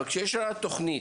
אבל כשיש תוכנית,